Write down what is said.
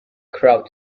crowd